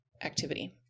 activity